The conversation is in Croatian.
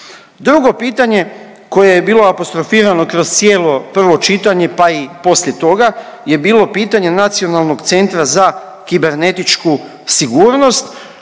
Drugo pitanje koje je bilo apostrofirano kroz cijelo prvo čitanje, pa i poslije toga je bilo pitanje Nacionalnog centra za kibernetičku sigurnost